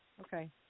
Okay